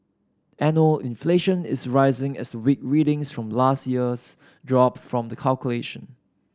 annual inflation is rising as weak readings from last years drop from the calculation